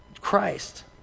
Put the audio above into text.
Christ